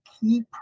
key